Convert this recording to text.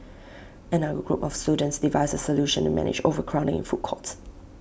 another group of students devised A solution to manage overcrowding in food courts